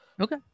okay